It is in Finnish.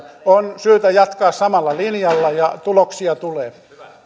on syytä jatkaa samalla linjalla ja tuloksia tulee